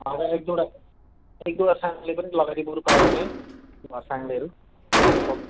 हजुर एक दुईवटा एक दुईवटा साङ्ले पनि लगाइदिनु पर्छ पायो भने है घर साङ्लेहरू साङ्लो